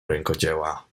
rękodzieła